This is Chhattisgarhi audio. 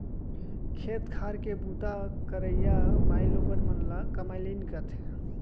खेत खार के बूता करइया माइलोगन मन ल कमैलिन कथें